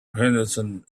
henderson